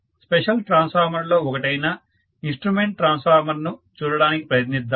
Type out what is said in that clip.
special ట్రాన్స్ఫార్మర్లలో ఒకటైన instrument ట్రాన్స్ఫార్మర్ను చూడడానికి ప్రయత్నిద్దాము